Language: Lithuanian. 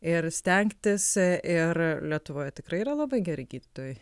ir stengtis ir lietuvoje tikrai yra labai geri gydytojai